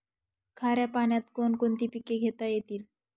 खाऱ्या पाण्यात कोण कोणती पिके घेता येतील?